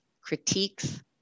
critiques